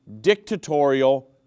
dictatorial